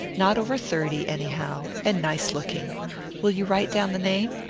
not over thirty, anyhow and nice-looking will you write down the name?